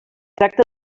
tracta